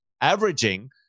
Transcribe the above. averaging